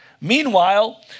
meanwhile